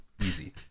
Easy